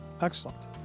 Excellent